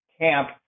camp